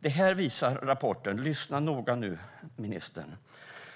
Detta visar rapporten - lyssna noga nu, ministern!